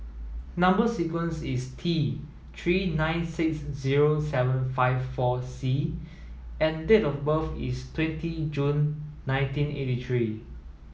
number sequence is T three nine six zero seven five four C and date of birth is twenty June nineteen eighty three